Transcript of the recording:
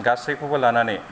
गासैखौबो लानानै